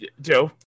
Joe